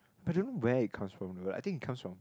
but I don't know where it comes from though I think it comes from